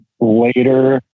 later